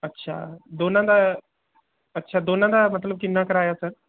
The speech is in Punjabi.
ਅੱਛਾ ਦੋਨਾਂ ਦਾ ਅੱਛਾ ਦੋਨਾਂ ਦਾ ਮਤਲਬ ਕਿੰਨਾ ਕਿਰਾਇਆ ਸਰ